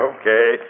Okay